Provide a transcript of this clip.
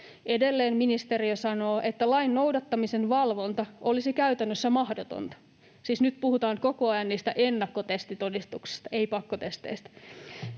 Edelleen ministeriö sanoo, että lain noudattamisen valvonta olisi käytännössä mahdotonta. Siis nyt puhutaan koko ajan niistä ennakkotestitodistuksista, ei pakkotesteistä.